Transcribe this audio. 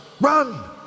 Run